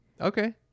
Okay